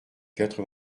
quatre